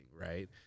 right